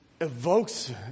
evokes